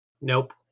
Nope